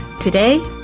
Today